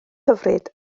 hyfryd